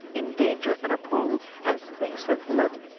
in danger unappall'd, and pleas'd with blood.